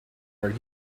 are